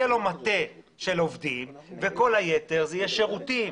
יהיה לו מטה של עובדים וכל היתר זה יהיה שירותים.